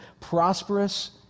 prosperous